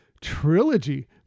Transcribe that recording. trilogy